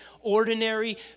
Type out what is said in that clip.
ordinary